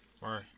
Right